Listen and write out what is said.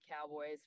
Cowboys